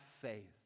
faith